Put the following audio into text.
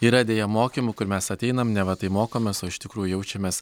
yra deja mokymų kur mes ateinam neva tai mokomės o iš tikrųjų jaučiamės